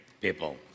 people